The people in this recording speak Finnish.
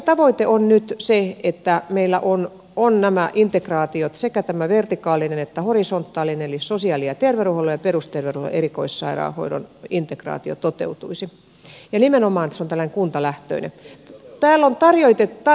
tavoite on nyt se että meillä tämä integraatio sekä tämä vertikaalinen että horisontaalinen eli sosiaali ja terveydenhuollon ja perusterveydenhuollon ja erikoissairaanhoidon integraatio toteutuisi ja nimenomaan niin että se on tällainen kuntalähtöinen